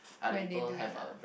when they do it lah